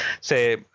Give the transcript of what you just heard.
say